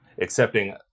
accepting